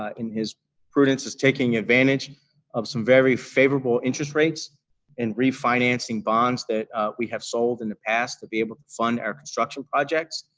ah in his prudence is taking advantage of some very favorable interest rates and refinancing bonds that we have sold in the past to be able to fund our construction projects.